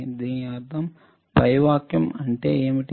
దీని అర్థం పై వాక్యం అంటే ఏమిటి